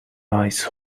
ice